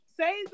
Say